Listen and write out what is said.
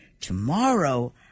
tomorrow